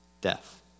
death